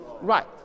right